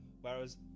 whereas